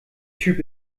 typ